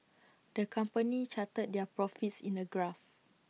the company charted their profits in A graph